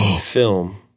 film